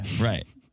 right